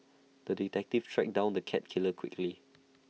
the detective tracked down the cat killer quickly